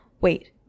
Wait